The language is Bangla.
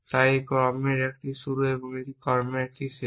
তাই এটি কর্মের একটি শুরু এবং এটি কর্মের শেষ